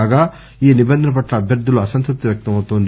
కాగా ఈ నిబంధన పట్ల అభ్యర్దుల్లో అసంత్పప్తి వ్యక్తమవుతోంది